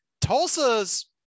Tulsa's